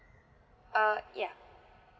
err yeah